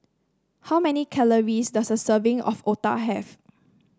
how many calories does a serving of otah have